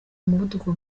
muvuduko